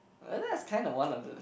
well that's kind of one on this